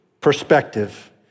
perspective